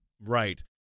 Right